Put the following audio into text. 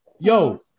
Yo